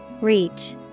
reach